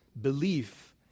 belief